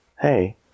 hey